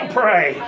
pray